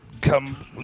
come